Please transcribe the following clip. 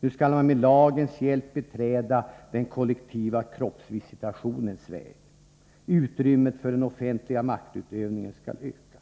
Nu skall man med lagens hjälp beträda den kollektiva kroppsvisitationens väg, utrymmet för den offentliga maktutövningen skall öka.